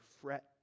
fret